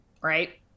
Right